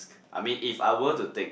I mean if I were to take